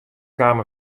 kaam